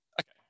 Okay